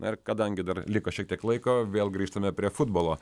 ir kadangi dar liko šiek tiek laiko vėl grįžtame prie futbolo